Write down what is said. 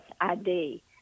ID